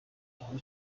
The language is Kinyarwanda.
aho